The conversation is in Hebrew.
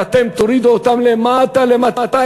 כי אתם תורידו אותן למטה למטה.